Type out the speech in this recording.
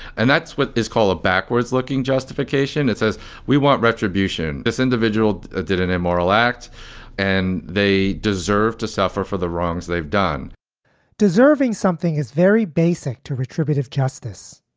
and that's what is called a backwards looking justification. it says we want retribution. this individual ah did an immoral act and they deserve to suffer for the wrongs they've done deserving something is very basic to retributive justice.